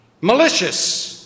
malicious